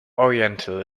oriental